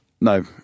No